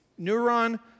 neuron